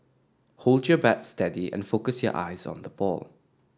hold your bat steady and focus your eyes on the ball